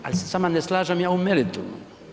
Ali se s vama ne slažem ja u meritumu.